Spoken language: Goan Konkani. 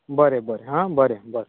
बरें बरें हां बरें बरें